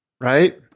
right